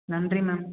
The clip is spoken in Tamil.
நன்றி மேம்